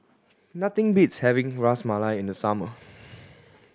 nothing beats having Ras Malai in the summer